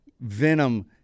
venom